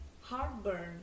heartburn